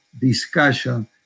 discussion